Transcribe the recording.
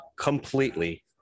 completely